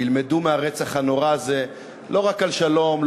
ילמדו מהרצח הנורא הזה לא רק על שלום,